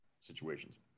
situations